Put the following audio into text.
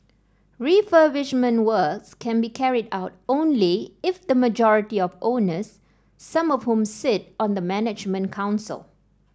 refurbishment works can be carried out only if the majority of owners some of whom sit on the management council